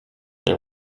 and